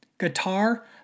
guitar